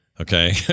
okay